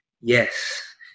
Yes